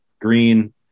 Green